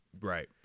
Right